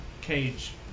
Cage